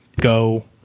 Go